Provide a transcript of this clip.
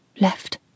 left